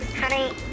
Honey